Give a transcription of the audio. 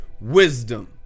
wisdom